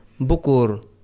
Bukur